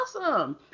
awesome